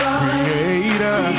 creator